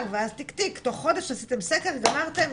ואז תיק תיק תוך חודש עשיתם סקר גמרתם,